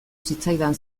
zitzaidan